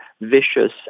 vicious